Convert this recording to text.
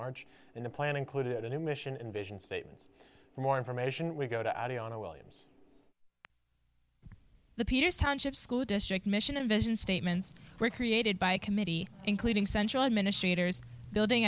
march and the plan included a new mission and vision statements for more information we go to audio on a williams the peters township school district mission and vision statements were created by committee including central administrators building